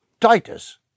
Titus